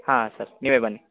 ಹಾಂ ಸರ್ ನೀವೇ ಬನ್ನಿ